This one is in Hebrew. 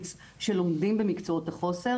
שלומדים במקצועות החוסר,